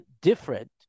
different